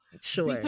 sure